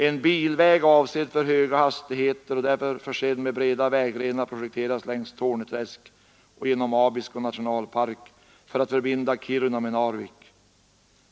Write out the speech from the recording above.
En bilväg, avsedd för höga hastigheter och därför försedd med breda vägrenar projekteras längs Torneträsk och genom Abisko nationalpark för att förbinda Kiruna med Narvik.